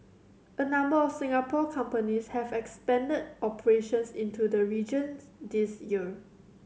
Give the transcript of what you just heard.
a number of Singapore companies have expanded operations into the regions this year